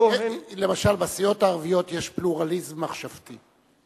למשל, בסיעות הערביות יש פלורליזם מחשבתי.